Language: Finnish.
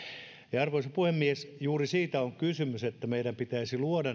arvoisa puhemies juuri siitä on kysymys että meidän pitäisi luoda